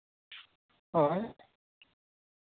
ᱦᱳᱭ